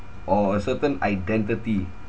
or a certain identity